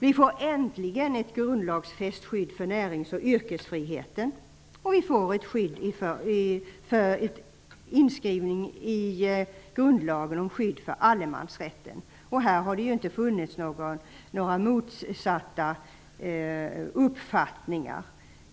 Vi får äntligen ett grundlagsfäst skydd för närings och yrkesfriheten och vi får ett skydd genom inskrivning i grundlagen om allemansrätten. På detta område har det inte funnits några motsatta uppfattningar.